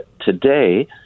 today